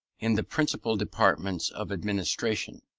in the principal departments of administration.